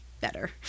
better